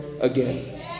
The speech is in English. again